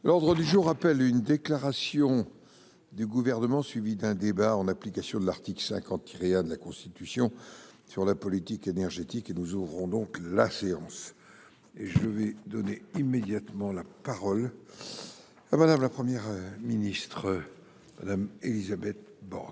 L'ordre du jour appelle une déclaration du gouvernement, suivie d'un débat en application de l'article 50 la Constitution sur la politique énergétique et nous aurons donc la séance et je vais donner immédiatement la parole à Madame la première ministre Élisabeth Borne.